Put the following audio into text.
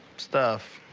stuff.